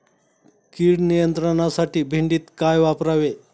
कीड नियंत्रणासाठी भेंडीत काय वापरावे?